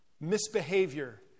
misbehavior